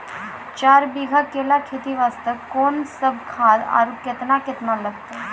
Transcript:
चार बीघा केला खेती वास्ते कोंन सब खाद आरु केतना केतना लगतै?